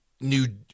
New